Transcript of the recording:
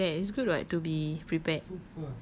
what's wrong with that it's good [what] to be prepared